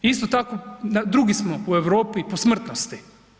Isto tkao drugi smo u Europi po smrtnosti.